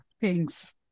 Thanks